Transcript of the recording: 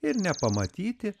ir nepamatyti